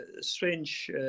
strange